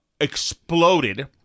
exploded